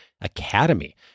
Academy